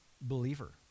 believer